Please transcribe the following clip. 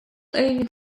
over